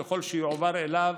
ככל שיועבר אליו